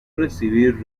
recibir